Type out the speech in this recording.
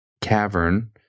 cavern